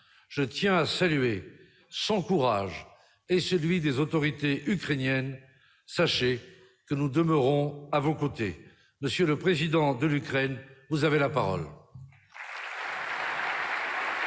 Je tiens à saluer son courage et celui des autorités ukrainiennes. Sachez que nous demeurons à vos côtés. Monsieur le président de l'Ukraine, vous avez la parole.